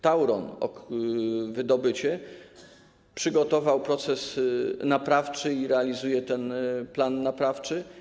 Tauron Wydobycie przygotował proces naprawczy i realizuje plan naprawczy.